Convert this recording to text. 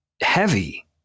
heavy